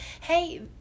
hey